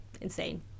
insane